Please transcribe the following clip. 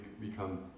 become